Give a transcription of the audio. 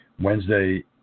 Wednesday